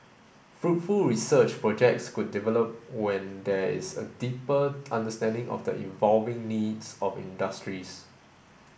fruitful research projects could develop when there is a deeper understanding of the evolving needs of industries